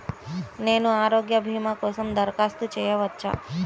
నేను ఆరోగ్య భీమా కోసం దరఖాస్తు చేయవచ్చా?